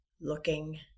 looking